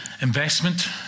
investment